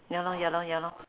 ya lor ya lor ya lor